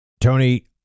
Tony